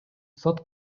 сот